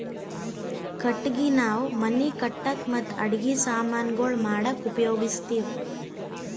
ಕಟ್ಟಗಿ ನಾವ್ ಮನಿ ಕಟ್ಟಕ್ ಮತ್ತ್ ಅಡಗಿ ಸಮಾನ್ ಗೊಳ್ ಮಾಡಕ್ಕ ಉಪಯೋಗಸ್ತಿವ್